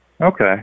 Okay